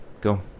go